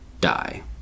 die